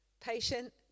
patient